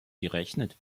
gerechnet